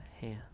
hand